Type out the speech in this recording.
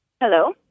Hello